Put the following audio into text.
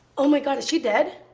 oh my god is she dead?